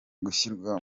gushyirwa